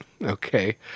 Okay